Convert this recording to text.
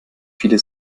viele